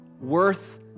worth